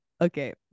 okay